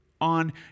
on